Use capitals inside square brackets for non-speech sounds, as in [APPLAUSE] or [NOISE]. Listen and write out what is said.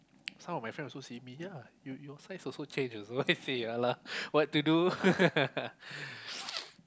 some of my friends also see me ya you your size also change also I said ya lah what to do [LAUGHS]